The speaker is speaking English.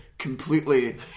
completely